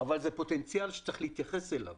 אבל זה פוטנציאל שצריך להתייחס אליו.